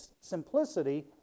simplicity